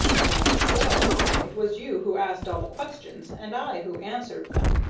that's so. it was you who asked all the questions and i who answered them.